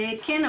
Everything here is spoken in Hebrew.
כן,